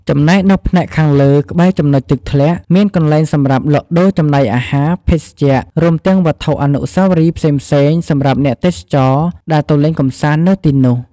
ចំណែកនៅផ្នែកខាងលើក្បែរចំណុចទឹកធ្លាក់ មានកន្លែងសម្រាប់លក់ដូរចំណីអាហារ ភេសជ្ជៈ រួមទាំងវត្ថុអនុស្សាវរីយ៍ផ្សេងៗសំរាប់អ្នកទេសចរដែលទៅលេងកម្សាន្តនៅទីនោះ។